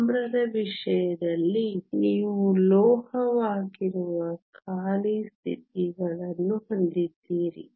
ತಾಮ್ರದ ವಿಷಯದಲ್ಲಿ ನೀವು ಲೋಹವಾಗಿರುವ ಖಾಲಿ ಸ್ಥಿತಿಗಳನ್ನು ಹೊಂದಿದ್ದೀರಿ